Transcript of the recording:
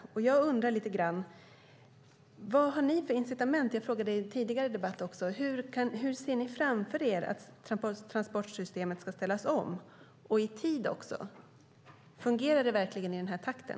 Jag undrar - och detta har jag frågat dig i en tidigare debatt också: Hur ser ni framför er att transportsystemet ska ställas om, och hur ska det göras i tid? Fungerar det verkligen i den här takten?